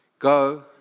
Go